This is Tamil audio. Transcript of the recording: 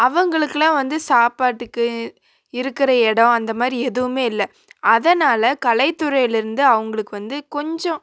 அவங்களுக்குலாம் வந்து சாப்பாட்டுக்கு இருக்கிற இடோம் அந்தமாதிரி எதுவுமே இல்லை அதனால் கலைத்துறையிலிருந்து அவங்களுக்கு வந்து கொஞ்சம்